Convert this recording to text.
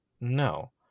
No